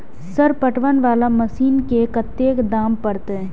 Sir पटवन वाला machine के कतेक दाम परतें?